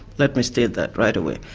let me state that right away.